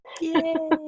Yay